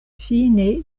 fine